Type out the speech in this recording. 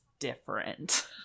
different